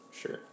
Sure